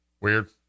Weird